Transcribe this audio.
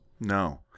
No